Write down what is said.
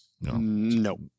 No